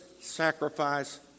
sacrifice